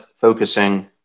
focusing